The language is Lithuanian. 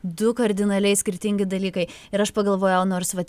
du kardinaliai skirtingi dalykai ir aš pagalvojau nors vat